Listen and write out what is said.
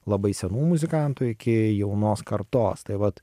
labai senų muzikantų iki jaunos kartos tai vat